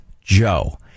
Joe